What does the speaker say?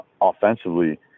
offensively